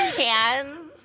hands